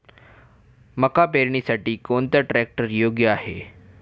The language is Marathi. मका पेरणीसाठी कोणता ट्रॅक्टर योग्य आहे?